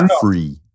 free